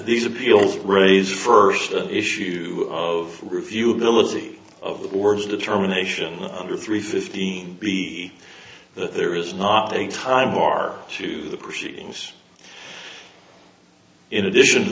these appeals raised first the issue of review ability of the boards determination under three fifteen b that there is not a time are to the proceedings in addition to